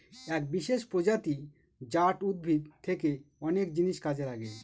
এক বিশেষ প্রজাতি জাট উদ্ভিদ থেকে অনেক জিনিস কাজে লাগে